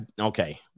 okay